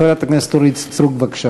חברת הכנסת אורית סטרוק,